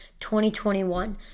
2021